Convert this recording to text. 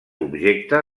objecte